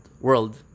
world